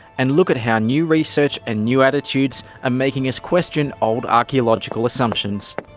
and look at how new research and new attitudes are making us question old archaeological assumptions.